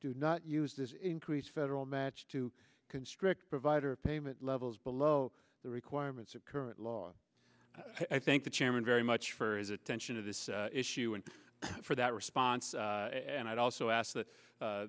do not use this increased federal match to constrict provider payment levels below the requirements of current law i think the chairman very much for his attention to this issue and for that response and i'd also ask th